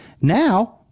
Now